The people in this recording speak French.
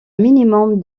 minimum